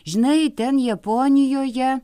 žinai ten japonijoje